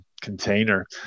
container